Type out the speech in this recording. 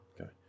Okay